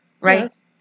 right